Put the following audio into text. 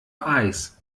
eyes